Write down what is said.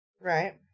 right